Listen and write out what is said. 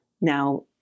now